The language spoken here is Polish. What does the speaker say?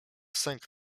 sęk